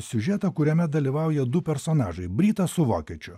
siužetą kuriame dalyvauja du personažai britas su vokiečiu